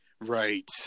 Right